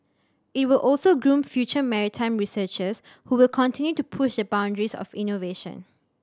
it will also groom future maritime researchers who will continue to push the boundaries of innovation